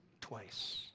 twice